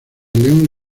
león